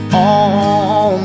on